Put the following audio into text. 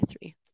three